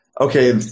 okay